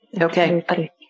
Okay